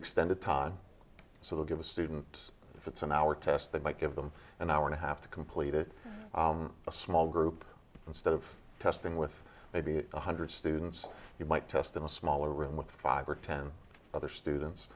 extended time so they'll give a student if it's an hour test that might give them an hour and a half to complete it a small group instead of testing with maybe one hundred students you might test in a smaller room with five or ten other students